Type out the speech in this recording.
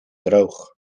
droog